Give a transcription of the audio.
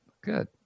good